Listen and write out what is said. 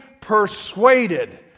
persuaded